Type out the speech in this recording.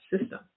system